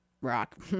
Rock